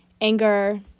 anger